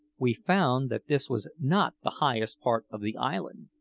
we found that this was not the highest part of the island,